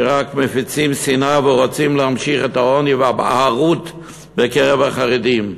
שרק מפיצים שנאה ורוצים להמשיך את העוני והבערות בקרב החרדים.